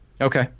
Okay